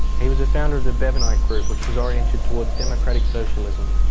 he was a founder of the bevanite group which was orientated toward democratic socialism.